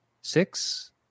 six